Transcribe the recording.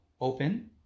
open